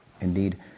Indeed